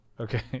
Okay